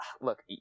look